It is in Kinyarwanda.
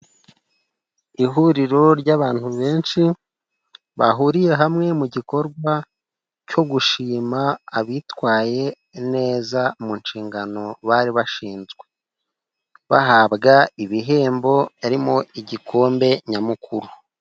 Ihuriro ry'abantu benshi, bahuriye hamwe mu gikorwa cyo gushima abitwaye neza mu nshingano bari bashinzwe, bahabwa ibihembo harimo igikombe nyamukuru.